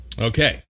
Okay